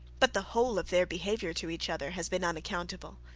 but the whole of their behaviour to each other has been unaccountable!